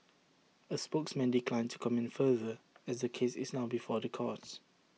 A spokesman declined to comment further as the case is now before the courts